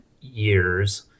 years